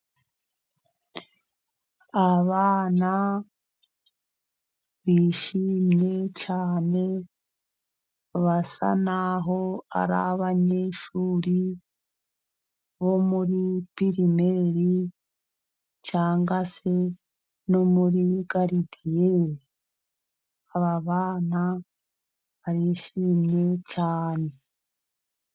Abana bishimye cyane, basa naho ari abanyeshuri bo muri pirimeri cyangwa se no muri garidiyene, aba bana barishimye cyane.